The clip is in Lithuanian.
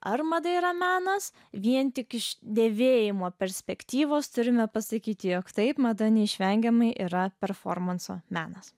ar mada yra menas vien tik iš dėvėjimo perspektyvos turime pasakyti jog taip mada neišvengiamai yra performanso menas